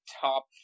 top